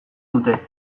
dute